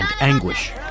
anguish